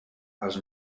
als